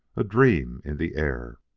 a dream in the air!